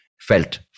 felt